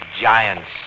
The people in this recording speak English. giants